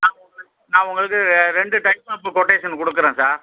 நான் உங்கள் நான் உங்களுக்கு ரெண்டு டைமா இப்போ கொட்டேஷன் கொடுக்குறேன் சார்